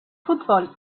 fútbol